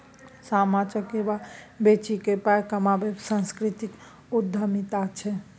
सामा चकेबा बेचिकेँ पाय कमायब सांस्कृतिक उद्यमिता छै